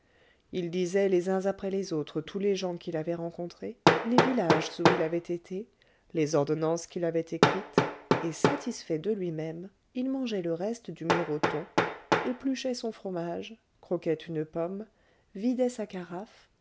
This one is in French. il disait les uns après les autres tous les gens qu'il avait rencontrés les villages où il avait été les ordonnances qu'il avait écrites et satisfait de lui-même il mangeait le reste du miroton épluchait son fromage croquait une pomme vidait sa carafe